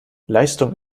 leistung